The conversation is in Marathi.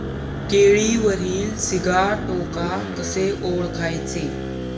केळीवरील सिगाटोका कसे ओळखायचे?